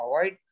avoid